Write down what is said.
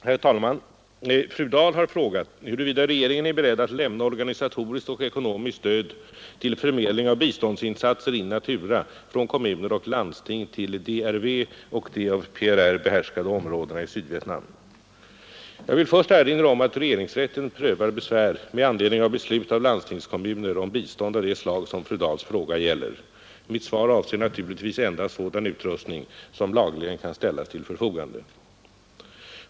Herr talman! Fru Dahl har frågat huruvida regeringen är beredd att lämna organisatoriskt och ekonomiskt stöd till förmedling av biståndsinsatser in natura från kommuner och landsting till DRV och de av PRR behärskade områdena i Sydvietnam. Jag vill först erinra om att regeringsrätten prövar besvär med anledning av beslut av landstingskommuner om bistånd av det slag som fru Dahls fråga gäller. Mitt svar avser naturligtvis endast sådan utrustning som lagligen kan ställas till förfogande.